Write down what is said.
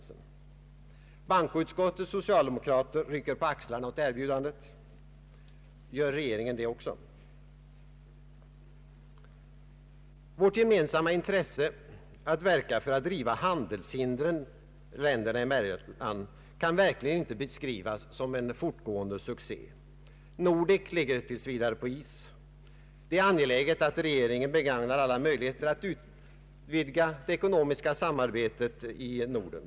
Glädjande nog anslöt sig moderata samlingspartiet till detta i bankoutskottet. Bankoutskottets socialdemokrater rycker på axlarna åt erbjudandet. Gör regeringen det också? Vårt gemensamma intresse att verka för att riva handelshindren länderna emellan kan verkligen inte beskrivas som en fortgående succé. Nordek ligger tills vidare på is. Det är angeläget att regeringen begagnar alla möjligheter att utvidga det ekonomiska samarbetet i Norden.